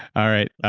all right